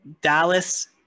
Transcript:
Dallas